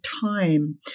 time